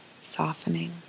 softening